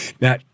Now